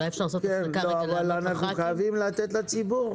אולי אפשר לעשות --- אנחנו חייבים לתת לציבור,